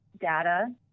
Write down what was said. data